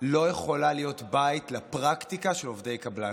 לא יכולה להיות בית לפרקטיקה של עובדי קבלן.